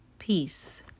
Peace